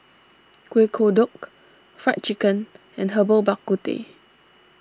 Kuih Kodok Fried Chicken and Herbal Bak Ku Teh